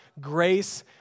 grace